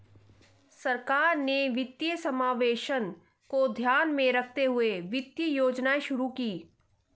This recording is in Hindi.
सरकार ने वित्तीय समावेशन को ध्यान में रखते हुए वित्तीय योजनाएं शुरू कीं